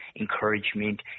encouragement